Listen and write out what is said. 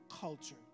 culture